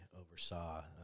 oversaw